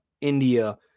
India